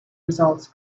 results